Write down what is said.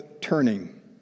Turning